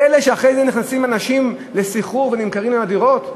פלא שאחרי זה אנשים נכנסים לסחרור ונמכרים עם הדירות?